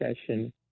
session